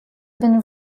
been